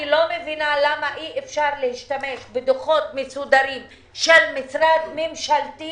אני לא מבינה למה אי אפשר להשתמש בדוחות מסודרים של משרד ממשלתי